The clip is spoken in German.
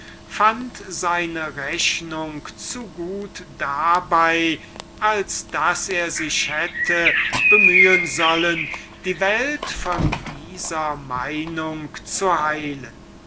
fand seine rechnung zu gut dabei als daß er sich hätte bemühen sollen die welt von dieser meinung zuheilen